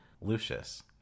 Lucius